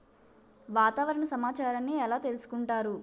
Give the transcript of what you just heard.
వాతావరణ సమాచారాన్ని ఎలా తెలుసుకుంటారు?